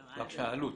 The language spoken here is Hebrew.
בבקשה, אלו"ט.